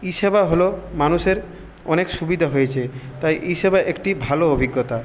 ই সেবা হল মানুষের অনেক সুবিধা হয়েছে তাই ই সেবা একটি ভালো অভিজ্ঞতা